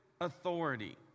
authority